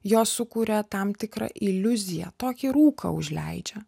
jos sukuria tam tikrą iliuziją tokį rūką užleidžia